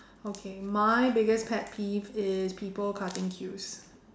okay my biggest pet peeve is people cutting queues